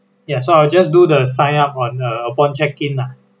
ya so I will just do the sign up on a upon check in lah